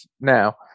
now